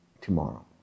tomorrow